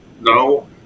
no